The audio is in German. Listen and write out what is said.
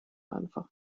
einfach